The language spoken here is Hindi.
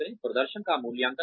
प्रदर्शन का मूल्यांकन करें